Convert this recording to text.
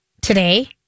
today